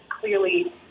clearly